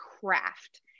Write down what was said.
craft